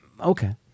okay